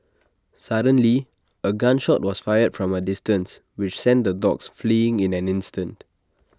suddenly A gun shot was fired from A distance which sent the dogs fleeing in an instant